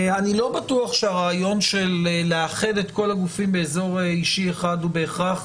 אני לא בטוח שהרעיון לאחד את כל הגופים באזור האישי אחד הוא בהכרח